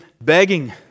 begging